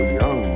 young